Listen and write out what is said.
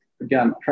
again